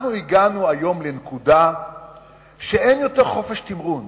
אנחנו הגענו היום לנקודה שבה אין יותר חופש תמרון,